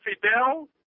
Fidel